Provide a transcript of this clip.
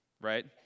Right